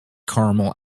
caramel